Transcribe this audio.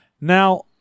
Now